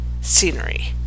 scenery